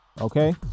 okay